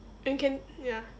and can ya